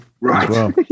Right